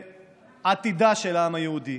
ועתידו של העם היהודי.